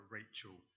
Rachel